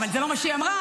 אבל זה לא מה שהיא אמרה.